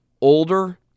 older